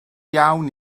iawn